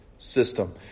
system